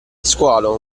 squalo